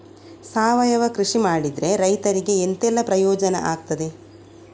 ಸಾವಯವ ಕೃಷಿ ಮಾಡಿದ್ರೆ ರೈತರಿಗೆ ಎಂತೆಲ್ಲ ಪ್ರಯೋಜನ ಆಗ್ತದೆ?